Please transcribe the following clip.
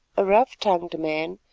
a rough-tongued man,